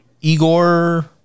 Igor